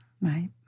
Right